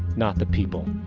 not the people.